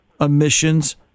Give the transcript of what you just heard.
emissions